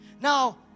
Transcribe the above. Now